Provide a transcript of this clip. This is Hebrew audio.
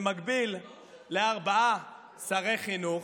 זה מקביל לארבעה שרי חינוך,